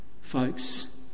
Folks